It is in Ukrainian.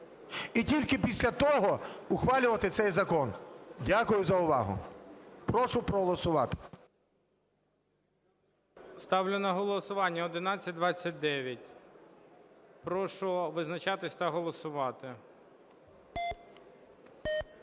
і тільки після того ухвалювати цей закон. Дякую за увагу. Прошу проголосувати. ГОЛОВУЮЧИЙ. Ставлю на голосування 1129. Прошу визначатися та голосувати.